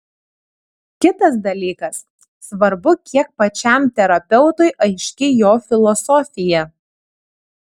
kitas dalykas svarbu kiek pačiam terapeutui aiški jo filosofija